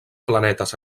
planetes